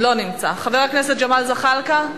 לא נמצא, חבר הכנסת ג'מאל זחאלקה,